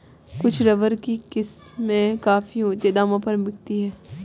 कुछ रबर की किस्में काफी ऊँचे दामों पर बिकती है